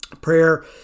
Prayer